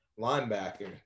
linebacker